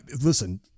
Listen